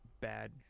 bad